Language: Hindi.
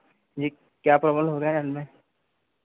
जी क्या प्रोब्लम हो रहा है नल में